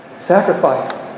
Sacrifice